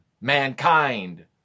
mankind